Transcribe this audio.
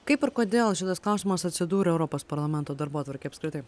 kaip ir kodėl šitas klausimas atsidūrė europos parlamento darbotvarkėj apskritai